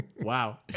Wow